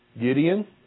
Gideon